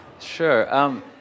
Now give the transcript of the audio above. Sure